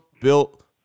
Built